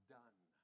done